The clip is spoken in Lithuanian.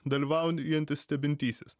dalyvaujantis stebintysis